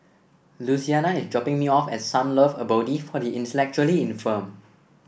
Louisiana is dropping me off at Sunlove Abode for the Intellectually Infirmed